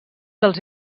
dels